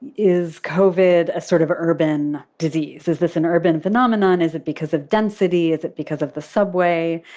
is covered a sort of urban disease. is this an urban phenomenon? is it because of density? is it because of the subway?